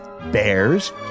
Bears